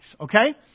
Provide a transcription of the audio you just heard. Okay